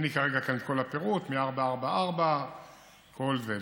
אין לי כרגע כאן את כל הפירוט, מ-444 וכל זה.